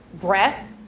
breath